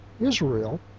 Israel